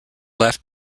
left